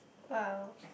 !wow!